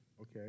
Okay